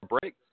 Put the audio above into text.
break